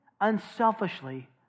unselfishly